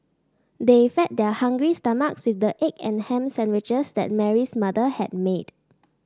they fed their hungry stomachs with the egg and ham sandwiches that Mary's mother had made